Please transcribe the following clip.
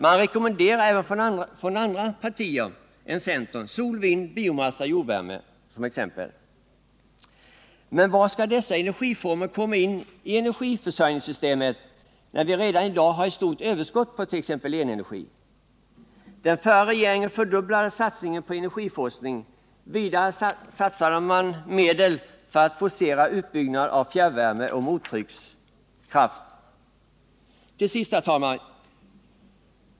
Man rekommenderar — även från andra partier än centern — soloch vindkraft, biomassa och jordvärme, för att nämna några exempel. Men var skall dessa energiformer komma in i energiförsörjningssystemet när vi redan i dag har stort överskott på t.ex. elenergi? Den förra regeringen fördubblade satsningen på energiforskning. Vidare satsade man medel för att forcera utbyggnaden av fjärrvärme och mottryckskraft. Till sist, herr talman!